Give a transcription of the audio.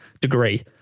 degree